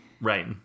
Right